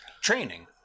training